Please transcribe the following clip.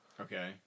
Okay